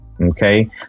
Okay